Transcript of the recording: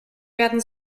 werden